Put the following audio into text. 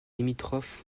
limitrophe